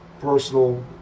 personal